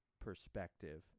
perspective